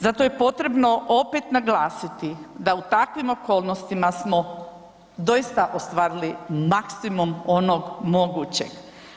Zato je potrebno opet naglasiti da u takvim okolnostima doista ostvarili maksimum onog mogućeg.